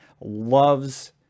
loves